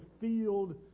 field